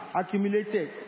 accumulated